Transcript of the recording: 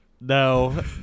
no